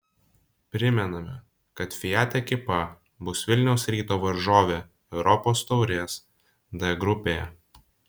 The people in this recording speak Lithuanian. primename kad fiat ekipa bus vilniaus ryto varžovė europos taurės d grupėje